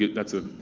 good. that's ah